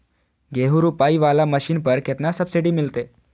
गेहूं रोपाई वाला मशीन पर केतना सब्सिडी मिलते?